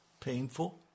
painful